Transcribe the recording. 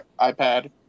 iPad